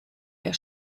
ihr